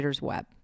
web